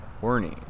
horny